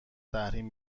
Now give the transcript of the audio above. تحریم